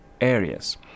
areas